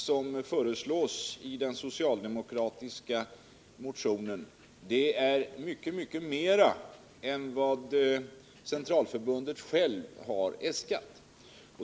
som föreslås i den socialdemokratiska motionen är mycket mycket mera än vad centralförbundet självt har äskat.